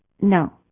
No